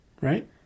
Right